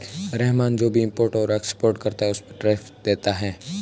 रहमान जो भी इम्पोर्ट और एक्सपोर्ट करता है उस पर टैरिफ देता है